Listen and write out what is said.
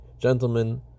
gentlemen